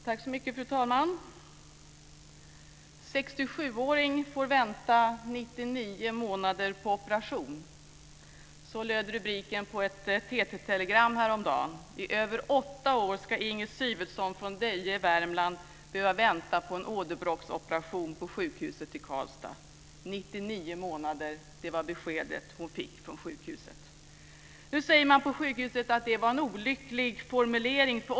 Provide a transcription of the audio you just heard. Fru talman! "67-åring får vänta 99 månader på operation." Så löd rubriken på ett TT-telegram häromdagen. I över åtta år ska Inger Syvertsson från Deje i Värmland behöva vänta på en åderbråcksoperation på sjukhuset i Karlstad. 99 månader! Det var beskedet hon fick från sjukhuset. Nu säger man på sjukhuset att det var "en olycklig formulering".